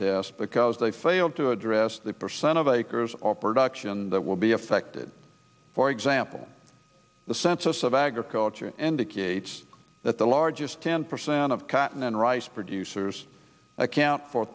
test because they failed to address the percent of acres or production that will be affected for example the census of agriculture indicates that the largest ten percent of cotton and rice producers account for